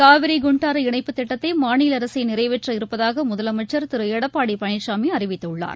காவிரி குண்டாறு இணைப்புத் திட்டத்தை மாநில அரசே நிறைவேற்ற இருப்பதாக முதலமைச்சர் திரு எடப்பாடி பழனிசாமி அறிவித்துள்ளார்